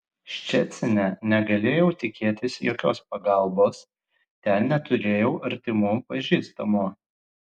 ščecine negalėjau tikėtis jokios pagalbos ten neturėjau artimų pažįstamų